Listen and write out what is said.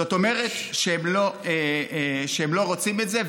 זאת אומרת שהם לא רוצים את זה,